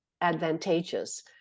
Advantageous